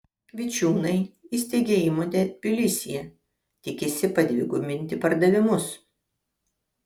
vičiūnai įsteigė įmonę tbilisyje tikisi padvigubinti pardavimus